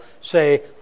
say